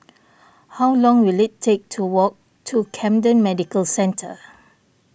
how long will it take to walk to Camden Medical Centre